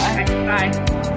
Bye